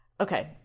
Okay